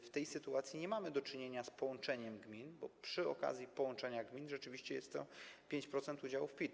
W tej sytuacji nie mamy do czynienia z połączeniem gmin - bo przy okazji połączenia gmin rzeczywiście jest to 5% udziału w PIT.